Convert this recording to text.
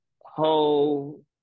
whole